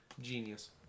Genius